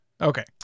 Okay